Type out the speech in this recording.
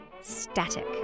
static